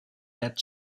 head